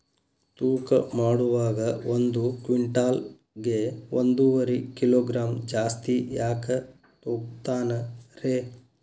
ತೂಕಮಾಡುವಾಗ ಒಂದು ಕ್ವಿಂಟಾಲ್ ಗೆ ಒಂದುವರಿ ಕಿಲೋಗ್ರಾಂ ಜಾಸ್ತಿ ಯಾಕ ತೂಗ್ತಾನ ರೇ?